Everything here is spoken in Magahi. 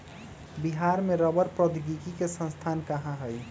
बिहार में रबड़ प्रौद्योगिकी के संस्थान कहाँ हई?